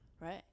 Right